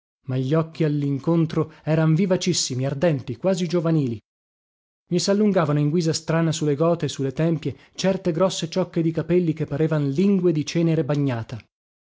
ma gli occhi allincontro eran vivacissimi ardenti quasi giovanili gli sallungavano in guisa strana su le gote su le tempie certe grosse ciocche di capelli che parevan lingue di cenere bagnata